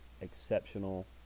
exceptional